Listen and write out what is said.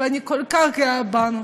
ואני כל כך גאה בנו.